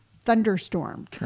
thunderstorm